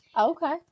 Okay